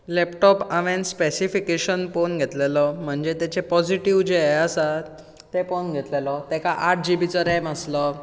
laptop हांवेन specification पोवन घेतलेलो म्हणजे तेचे पॉजिटीव जे हे आसात ते पोवन घेतलेलो तेका आठ जिबीचो रॅम आसलो